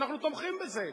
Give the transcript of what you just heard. אנחנו תומכים בזה,